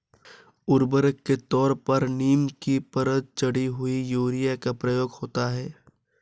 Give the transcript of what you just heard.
उर्वरक के तौर पर नीम की परत चढ़ी हुई यूरिया का प्रयोग होता है